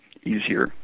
easier